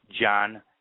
John